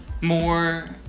more